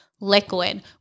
liquid